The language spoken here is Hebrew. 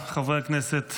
חברי הכנסת,